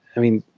i mean,